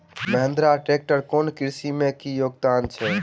Mahindra tractor केँ कृषि मे की योगदान छै?